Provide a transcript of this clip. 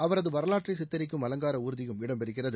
அவரது வரலாற்றை சித்தரிக்கும் அலங்கார ஊர்தியும் இடம்பெறுகிறது